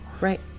right